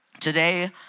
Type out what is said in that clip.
today